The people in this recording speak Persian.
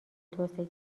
توسعه